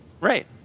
Right